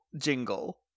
jingle